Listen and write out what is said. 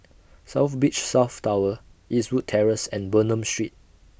South Beach South Tower Eastwood Terrace and Bernam Street